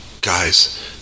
guys